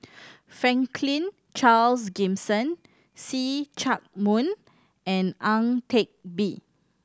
Franklin Charles Gimson See Chak Mun and Ang Teck Bee